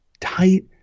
tight